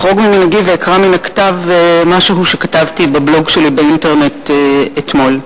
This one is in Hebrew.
אחרוג ממנהגי ואקרא מן הכתב קטע שכתבתי בבלוג באתר שלי באינטרנט אתמול: